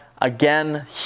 again